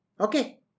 Okay